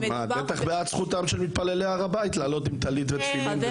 את בטח בעד זכותם של מתפללי הר הבית לעלות עם טלית ותפילין.